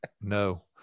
no